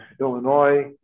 Illinois